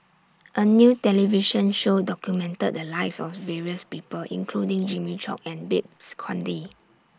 A New television Show documented The Lives of various People including Jimmy Chok and Babes Conde